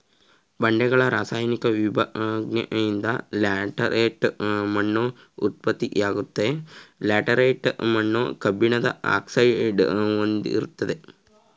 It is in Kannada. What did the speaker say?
ಬಂಡೆಗಳ ರಾಸಾಯನಿಕ ವಿಭಜ್ನೆಯಿಂದ ಲ್ಯಾಟರೈಟ್ ಮಣ್ಣು ಉತ್ಪತ್ತಿಯಾಗ್ತವೆ ಲ್ಯಾಟರೈಟ್ ಮಣ್ಣು ಕಬ್ಬಿಣದ ಆಕ್ಸೈಡ್ನ ಹೊಂದಿರ್ತದೆ